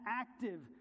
active